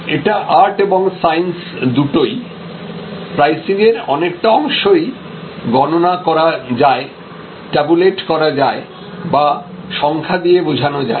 এটা আর্ট এবং সাইন্স দুটোই প্রাইসিংয়ের অনেকটা অংশই গণনা করা যায়ট্যাবুলেট করা যায় বা সংখ্যা দিয়ে বোঝানো যায়